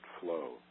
flow